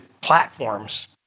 platforms